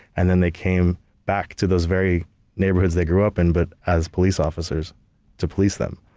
and then they came back to those very neighborhoods they grew up in, but as police officers to police them.